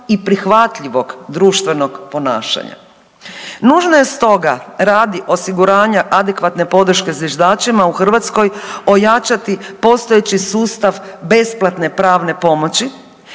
i prihvatljivog društvenog ponašanja. Nužno je stoga radi osiguranja adekvatne podrške zviždačima u Hrvatskoj ojačati postojeći sustav besplatne pravne pomoći